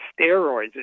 steroids